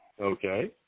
Okay